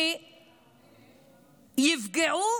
שיפגעו